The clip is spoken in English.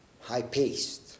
high-paced